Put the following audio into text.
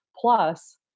Plus